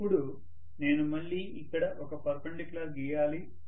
ఇప్పుడు నేను మళ్ళీ ఇక్కడ ఒక పర్పెండిక్యులర్ గీయాలి